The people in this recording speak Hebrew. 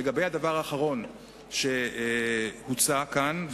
לגבי הדבר האחרון שהוצע כאן,